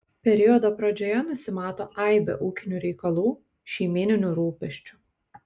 periodo pradžioje nusimato aibė ūkinių reikalų šeimyninių rūpesčių